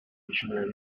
начиная